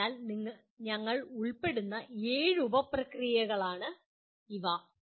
അതിനാൽ ഞങ്ങൾ ഉൾപ്പെടുത്തുന്ന ഏഴ് ഉപ പ്രക്രിയകളാണ് ഇവ